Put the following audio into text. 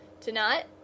Tonight